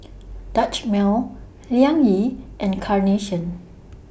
Dutch Mill Liang Yi and Carnation